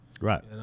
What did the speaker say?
Right